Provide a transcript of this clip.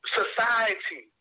society